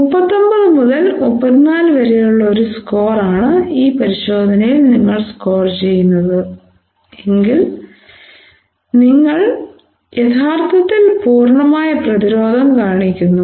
മുപ്പത്തൊമ്പത് മുതൽ മുപ്പത്തിനാലു വരെയുള്ള ഒരു സ്കോർ ആണ് ഈ പരിശോധനയിൽ നിങ്ങൾ സ്കോർ ചെയ്യുന്നത് എങ്കിൽ നിങ്ങൾ യഥാർത്ഥത്തിൽ പൂർണ്ണമായ പ്രതിരോധം കാണിക്കുന്നു